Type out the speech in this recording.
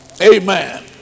Amen